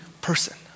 person